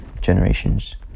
generations